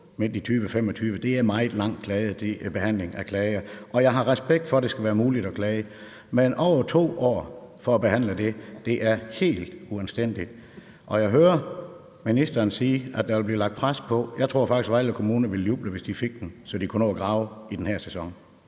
midten af 2025, er det en meget lang behandling af klager. Jeg har respekt for, at det skal være muligt at klage, men at bruge over 2 år på at behandle det er helt uanstændigt. Jeg hører ministeren sige, at der vil blive lagt pres på. Jeg tror faktisk, at Vejle Kommune ville juble, hvis de fik den, så de kunne nå at grave i den her sæson.